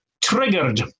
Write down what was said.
triggered